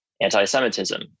anti-Semitism